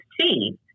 see